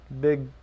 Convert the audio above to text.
Big